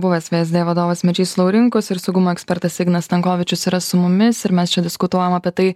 buvęs vsd vadovas mečys laurinkus ir saugumo ekspertas ignas stankovičius yra su mumis ir mes čia diskutuojam apie tai